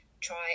try